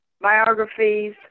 biographies